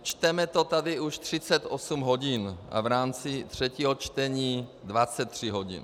Čteme to tady už 38 hodin a v rámci třetího čtení 23 hodin.